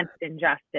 injustice